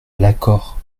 l’accord